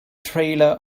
trailer